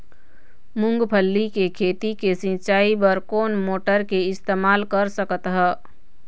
मूंगफली के खेती के सिचाई बर कोन मोटर के इस्तेमाल कर सकत ह?